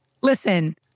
Listen